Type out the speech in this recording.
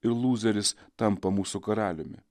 ir lūzeris tampa mūsų karaliumi